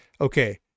okay